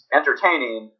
entertaining